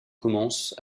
commence